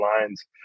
lines